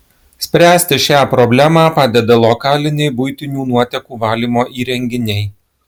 spręsti šią problemą padeda lokaliniai buitinių nuotekų valymo įrenginiai